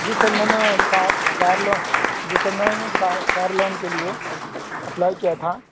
جی sir میں نے car car لو جی سر میں نے کار کار لون کے لیے اپلائی کیا تھا